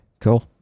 cool